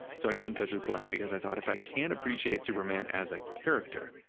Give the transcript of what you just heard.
so, i got in touch with glen because i thought if i can't appreciate superman as a character,